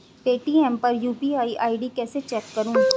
Paytm पर UPI ID कैसे check करें?